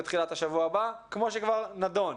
בתחילת השבוע הבא כמו שכבר נדון.